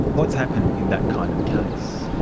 what's happened in that kind of case?